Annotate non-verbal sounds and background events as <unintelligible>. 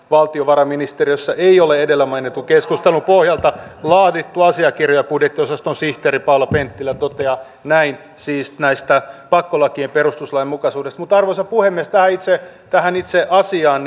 valtiovarainministeriössä ei ole edellä mainitun keskustelun pohjalta laadittu asiakirjoja budjettiosaston sihteeri paula penttilä toteaa näin siis tästä pakkolakien perustuslainmukaisuudesta mutta arvoisa puhemies tähän itse tähän itse asiaan <unintelligible>